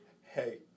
Hey